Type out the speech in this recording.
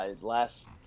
Last